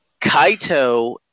Kaito